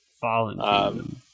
Fallen